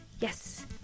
yes